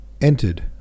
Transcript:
entered